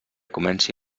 comenci